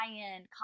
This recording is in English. high-end